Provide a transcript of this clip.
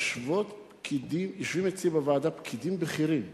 יושבים אצלי בוועדה פקידים בכירים במשרד.